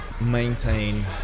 maintain